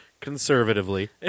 conservatively